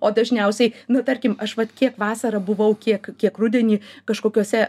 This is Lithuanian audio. o dažniausiai na tarkim aš vat kiek vasarą buvau kiek kiek rudenį kažkokiuose